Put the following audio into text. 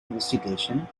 investigation